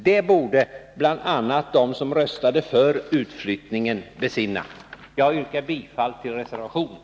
Det borde bl.a. de som röstade för utflyttningen besinna. Jag yrkar bifall till reservationen.